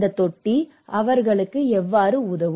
இந்த தொட்டி அவர்களுக்கு எவ்வாறு உதவும்